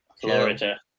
Florida